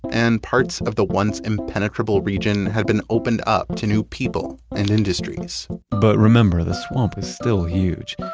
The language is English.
and parts of the once impenetrable region had been opened up to new people and industries but remember, the swamp is still huge.